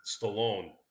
stallone